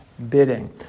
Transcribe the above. Bidding